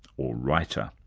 or writer.